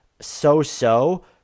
so-so